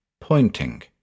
pointing